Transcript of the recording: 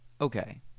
Okay